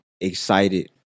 excited